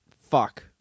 fuck